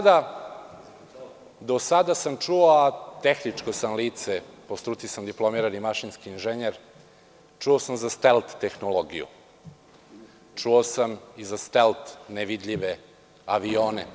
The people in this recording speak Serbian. Do sada sam čuo, a tehničko sam lice, po struci sam diplomirani mašinski ineženjer, čuo sam za stelt tehnologiju, čuo sam i za stelt nevidljive avione.